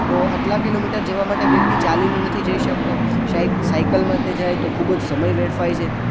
તો આટલાં કિલોમીટર જવા માટે વ્યક્તિ ચાલીને નથી જઈ શકતો સાઈ સાઈકલમાં તે જાય તો ખૂબ જ સમય વેડફાય છે